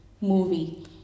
movie